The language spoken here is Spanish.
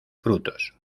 frutos